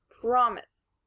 Promise